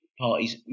parties